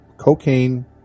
cocaine